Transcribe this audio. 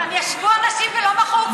ישבו אנשים ולא מחאו כפיים,